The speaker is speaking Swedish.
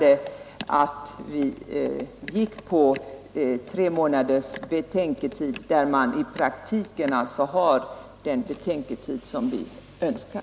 Därför tog vi ställning för tre månaders betä ketid, genom vilket förslag man alltså i praktiken får det rådrum som vi önskar.